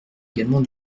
également